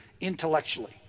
Intellectually